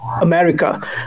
America